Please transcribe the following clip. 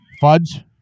Fudge